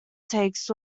takes